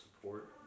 support